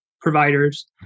providers